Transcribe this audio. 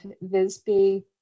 Visby